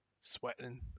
sweating